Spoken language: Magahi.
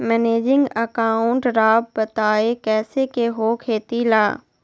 मैनेजिंग अकाउंट राव बताएं कैसे के हो खेती ला?